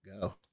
go